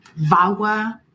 VAWA